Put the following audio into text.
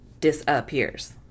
disappears